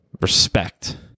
respect